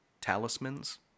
talismans